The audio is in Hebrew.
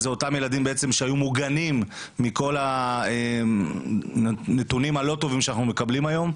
אלו אותם ילדים שהיו מוגנים מכל הנתונים הלא טובים שאנחנו מקבלים היום.